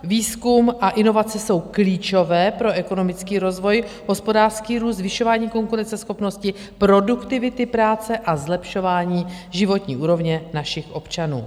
Výzkum a inovace jsou klíčové pro ekonomický rozvoj, hospodářský růst, zvyšování konkurenceschopnosti, produktivity práce a zlepšování životní úrovně našich občanů.